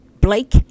Blake